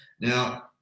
Now